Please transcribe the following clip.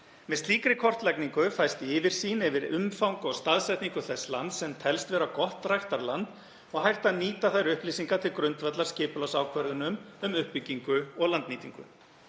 Með slíkri kortlagningu fæst yfirsýn yfir umfang og staðsetningu þess lands sem telst vera gott ræktunarland og hægt að nýta þær upplýsingar til grundvallar skipulagsákvörðunum um uppbyggingu og landnýtingu.